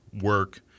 work